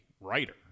writer